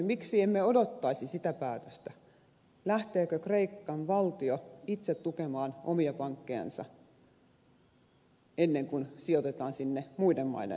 miksi emme odottaisi sitä päätöstä lähteekö kreikan valtio itse tukemaan omia pankkejansa ennen kuin sijoitetaan sinne muiden maiden rahoituksia